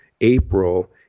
April